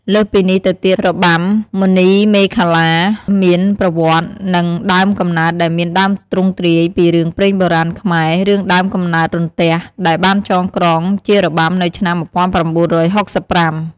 លើសពីនេះទៅទៀតរបាំមុនីមាឃលាមានប្រវត្តិ និងដើមកំណើតដែលមានដើមទ្រង់ទ្រាយពីរឿងព្រេងបុរាណខ្មែរ "រឿងដើមកំណើតរន្ទះ" ដែលបានចងក្រងជារបាំនៅឆ្នាំ ១៩៦៥។